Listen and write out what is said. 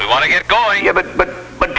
i want to get going yeah but but but